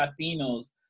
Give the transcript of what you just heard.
Latinos